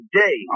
day